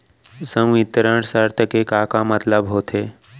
संवितरण शर्त के का मतलब होथे?